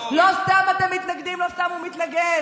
לא סתם אתם מתנגדים, לא סתם הוא מתנגד.